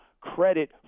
credit